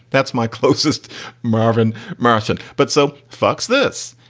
that's my closest marvin morrison. but so fux this.